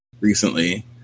recently